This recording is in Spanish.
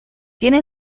tiene